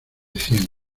cien